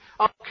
Okay